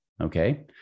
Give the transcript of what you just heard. okay